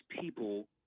people